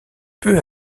peu